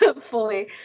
Fully